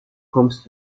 kommst